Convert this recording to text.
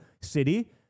city